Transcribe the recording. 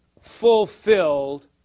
fulfilled